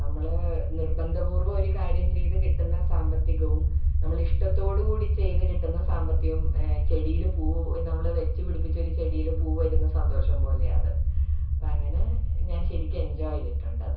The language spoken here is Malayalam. നമ്മള് നിർബന്ധപൂർവം ഒരു കാര്യം ചെയ്ത് കിട്ടുന്ന സാമ്പത്തികവും നമ്മളിഷ്ടത്തോട് കൂടി ചെയ്ത് കിട്ടുന്ന സാമ്പത്തികവും ചെടിയിൽ പൂ നമ്മള് വെച്ച് പിടിപ്പിച്ചൊര് ചെടിയിൽ പൂ വരുന്ന സന്തോഷം പോലെയാണ് അത് അപ്പം അങ്ങനെ ഞാൻ ശെരിക്ക് എഞ്ചോയ് ചെയ്തിട്ടുണ്ടത്